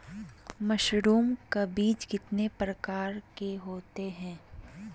Mushroom का बीज कितने प्रकार के होते है?